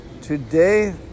today